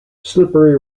slippery